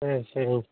சரி சரிங்